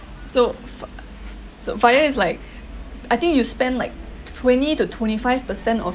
so for so FIRE is like I think you spend like twenty to twenty five percent of